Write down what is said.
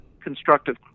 constructive